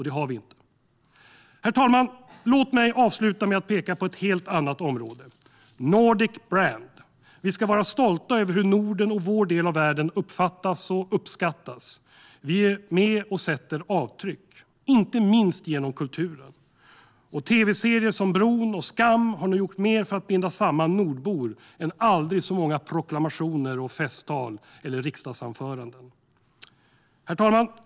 Det har vi inte. Herr talman! Låt mig avsluta med att peka på ett helt annat område: nordic brand. Vi ska vara stolta över hur Norden och vår del av världen uppfattas och uppskattas. Vi är med och sätter avtryck, inte minst genom kulturen. Tv-serier som Bron och Skam har nog gjort mer för att binda samman nordbor än aldrig så många proklamationer, festtal och riksdagsanföranden. Herr talman!